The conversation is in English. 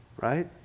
Right